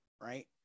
right